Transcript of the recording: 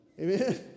Amen